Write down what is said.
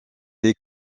les